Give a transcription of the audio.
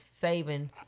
saving